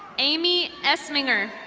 amy essminger.